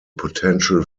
potential